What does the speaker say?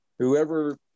Whoever